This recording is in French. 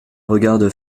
regarde